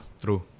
True